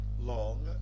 long